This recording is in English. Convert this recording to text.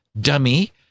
dummy